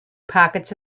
pockets